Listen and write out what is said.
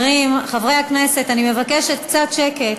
חברי הכנסת, אני מבקשת קצת שקט.